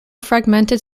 fragmented